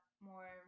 more